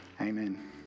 Amen